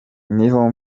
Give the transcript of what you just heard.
niho